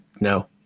no